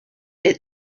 est